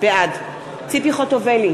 בעד ציפי חוטובלי,